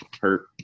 hurt